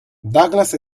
douglas